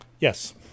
Yes